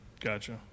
Gotcha